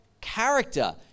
character